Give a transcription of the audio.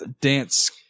dance